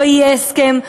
לא יהיה הסכם,